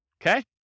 okay